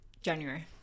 January